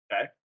okay